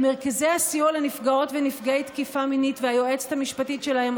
למרכזי הסיוע לנפגעות ונפגעי תקיפה מינית והיועצת המשפטית שלהם,